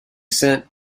sent